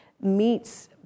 meets